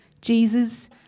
Jesus